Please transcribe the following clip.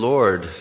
Lord